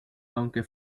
aunque